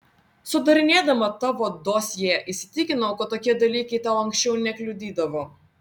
sudarinėdama tavo dosjė įsitikinau kad tokie dalykai tau anksčiau nekliudydavo